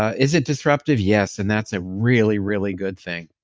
is it disruptive? yes, and that's a really, really good thing